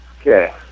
Okay